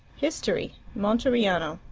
history monteriano,